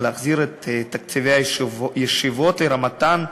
להחזיר את תקציבי הישיבות לרמתם,